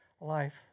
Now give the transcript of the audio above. life